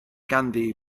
ganddi